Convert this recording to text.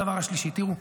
הדבר השלישי, תראו,